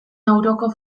nauruko